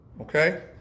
okay